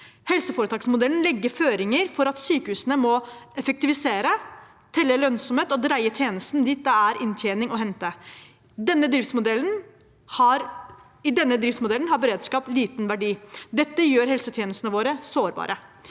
Helseforetaksmodellen legger føringer på at sykehusene må effektivisere, telle lønnsomhet og dreie tjenesten dit det er inntjening å hente. I denne driftsmodellen har beredskap liten verdi. Dette gjør helsetjenestene våre sårbare.